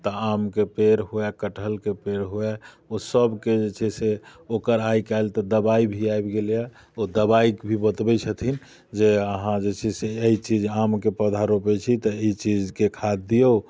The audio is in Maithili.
तऽ आमके पेड़ हुअए कटहरके पेड़ हुअए ओ सभके जे छै से ओकर आइकाल्हि तऽ दबाइ भी आबि गेलैए ओ दबाइ भी बतबैत छथिन जे अहाँ जे छै से एहि चीज आमके पौधा रोपैत छी तऽ एहि चीजके खाद दियौ